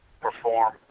perform